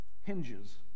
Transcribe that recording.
hinges